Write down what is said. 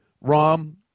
Rom